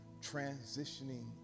transitioning